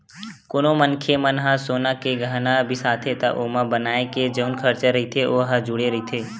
कोनो मनखे मन ह सोना के गहना बिसाथे त ओमा बनाए के जउन खरचा रहिथे ओ ह जुड़े रहिथे